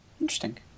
interesting